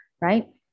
right